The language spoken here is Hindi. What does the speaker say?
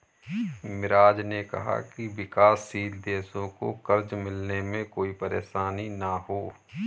मिराज ने कहा कि विकासशील देशों को कर्ज मिलने में कोई परेशानी न हो